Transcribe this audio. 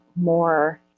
more